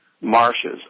marshes